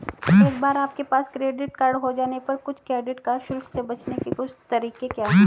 एक बार आपके पास क्रेडिट कार्ड हो जाने पर कुछ क्रेडिट कार्ड शुल्क से बचने के कुछ तरीके क्या हैं?